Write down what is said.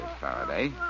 Faraday